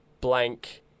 blank